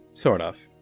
sort of.